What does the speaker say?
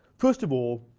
first of all,